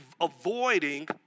avoiding